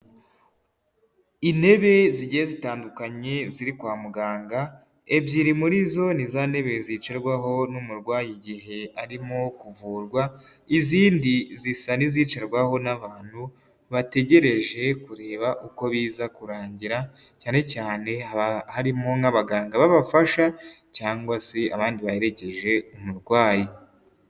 Intebe zigiye zitandukanye ziri kwa muganga, ebyiri muri zo ni za ntebe zicirwaho n'umurwayi igihe arimo kuvurwa, izindi zisa n'izicirwaho n'abantu bategereje kureba uko biza kurangira cyane cyane harimo nk'abaganga b'abafasha cyangwa se abandi baherekeje umurwayi.